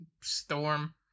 storm